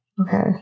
Okay